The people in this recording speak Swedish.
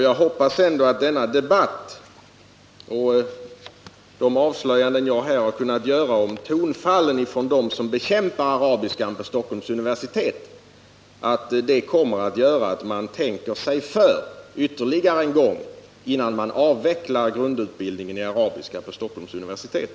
Jag hoppas ändå att denna debatt och de avslöjanden jag här har kunnat göra om tonfallet hos dem som bekämpar arabiskan på Stockholms universitet kommer att göra att man tänker sig för ytterligare en gång innan man avvecklar grundutbildningen i arabiska på Stockholms universitet.